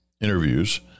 interviews